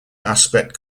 aspect